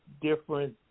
different